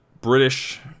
British